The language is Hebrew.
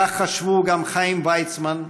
כך חשבו גם חיים ויצמן,